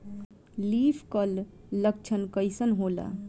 Leaf curl लक्षण कइसन होला?